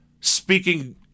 Speaking